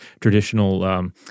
traditional